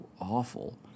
awful